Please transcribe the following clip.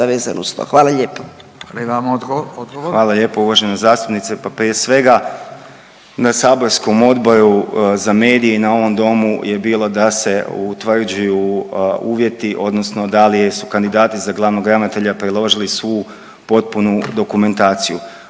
Krešimir** Hvala lijepo uvažena zastupnice, pa prije svega na saborskom Odboru za medije na ovom domu je bilo da se utvrđuju uvjeti odnosno da li su kandidati za glavnog ravnatelja priložili svu potpunu dokumentaciju.